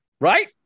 Right